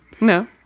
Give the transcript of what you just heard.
No